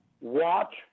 watch